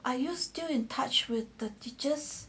are you still in touch with the teachers